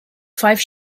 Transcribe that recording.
five